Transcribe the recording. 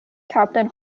captain